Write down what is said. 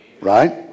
Right